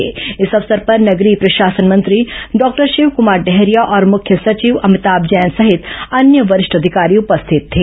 ्रिया अवसर पर नगरीय प्रशासन मंत्री डॉक्टर शिवकुमार डहरिया और मुख्य सचिव अमिताम जैन सहित अन्य वरिष्ठ अधिकारी उपस्थित थे